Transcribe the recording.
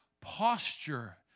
posture